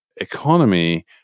economy